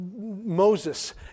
Moses